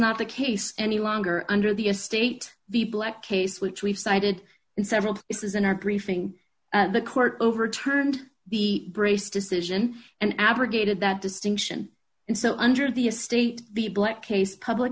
not the case any longer under the estate the black case which we've cited in several cases in our briefing the court overturned the brace decision and abrogated that distinction and so under the estate the black case public